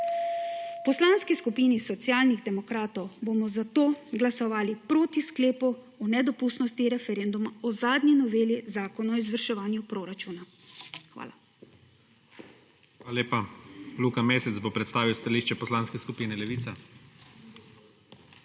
V Poslanski skupini Socialnih demokratov bomo zato glasovali proti sklepu o nedopustnosti referenduma o zadnji noveli zakona o izvrševanj proračuna. Hvala. PREDSEDNIK IGOR ZORČIČ: Hvala lepa. Luka Mesec bo predstavil stališče Poslanske skupine Levica.